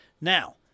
Now